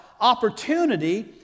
opportunity